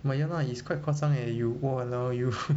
but ya lah it's quite 夸张 eh you !walao! eh you